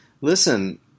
listen